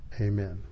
Amen